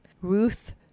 Ruth